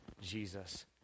Jesus